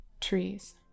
Trees